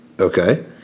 Okay